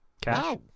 Cash